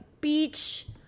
beach